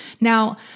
Now